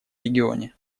регионе